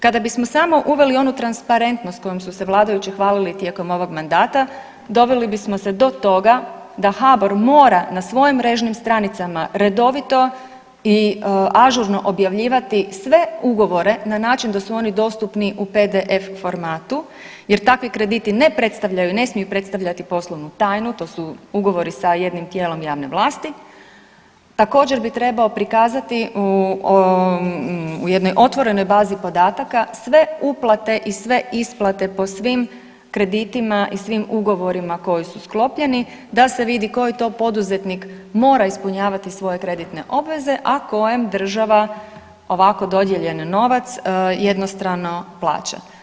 Kada bismo samo uveli onu transparentnost kojom su se vladajući hvalili tijekom ovog mandata doveli bismo se do toga da HBOR mora na svojim mrežnim stranicama redovito i ažurno objavljivati sve ugovore na način da su oni dostupni u pdf. formatu jer takvi krediti ne predstavljaju, ne smiju predstavljati poslovnu tajnu, to su ugovori sa jednim tijelom javne vlasti, također bi trebao prikazati u jednoj otvorenoj bazi podataka sve uplate i sve isplate po svim kreditima i svim ugovorima koji su sklopljeni da se vidi koji to poduzetnik mora ispunjavati svoje kreditne obveze, a kojem država ovako dodijeljen novac jednostrano plaća.